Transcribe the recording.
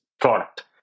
product